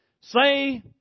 Say